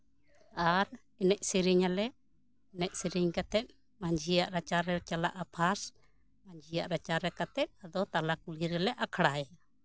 ᱟᱨ ᱮᱱᱮᱡ ᱥᱮᱨᱮᱧ ᱟᱞᱮ ᱮᱱᱮᱡ ᱥᱮᱨᱮᱧ ᱠᱟᱛᱮᱜ ᱢᱟᱹᱡᱷᱤᱭᱟᱜ ᱨᱟᱪᱟᱨᱮ ᱪᱟᱞᱟᱜᱼᱟ ᱯᱷᱟᱥᱴ ᱢᱟᱹᱡᱷᱤᱭᱟᱜ ᱨᱟᱪᱟᱨᱮ ᱠᱟᱛᱮᱜ ᱟᱫᱚ ᱛᱟᱞᱟ ᱠᱩᱞᱚᱦᱤ ᱨᱮᱞᱮ ᱟᱠᱷᱲᱟᱭᱟ